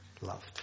loved